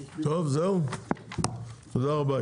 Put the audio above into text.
תודה רבה.